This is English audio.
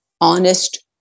honest